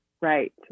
Right